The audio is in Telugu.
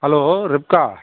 హలో రిబ్కా